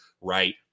right